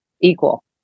equal